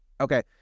Okay